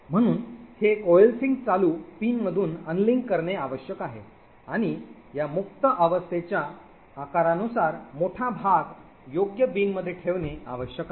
म्हणून हे coalescing चालू पिनमधून अनलिंक करणे आवश्यक आहे आणि या मुक्त अवस्थेच्या आकारानुसार मोठा भाग योग्य बिन मध्ये ठेवणे आवश्यक आहे